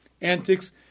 antics